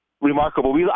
Remarkable